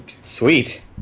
Sweet